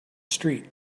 street